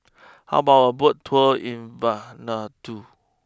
how about a Boat tour in Vanuatu